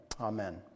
amen